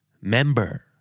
Member